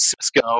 Cisco